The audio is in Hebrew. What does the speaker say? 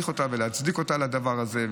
אני עוד צריך להעריך אותה ולהצדיק אותה על הדבר הזה,